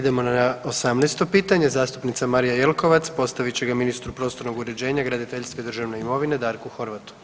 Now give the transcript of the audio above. Idemo na 18 pitanje zastupnica Marija Jelkovac postavit će ga ministru prostornog uređenja, graditeljstva i državne imovine Darku Horvatu.